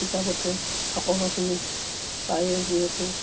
কিতাপতে সকলোখিনি পায়ে যিহেতু